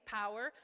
power